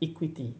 equity